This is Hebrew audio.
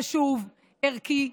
חשוב וערכי.